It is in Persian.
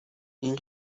این